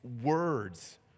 words